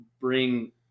bring